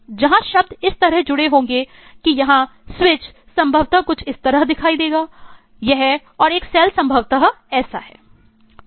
जहाँ शब्द इस तरह जुड़े होंगे कि यहाँ स्विच संभवत कुछ इस तरह दिखाई देगा यह और एक सेल संभवतः ऐसा है